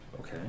Okay